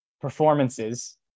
performances